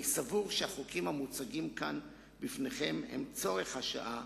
אני סבור שהחוקים המוצגים כאן בפניכם הם צורך השעה,